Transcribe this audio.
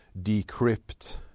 decrypt